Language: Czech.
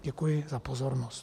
Děkuji za pozornost.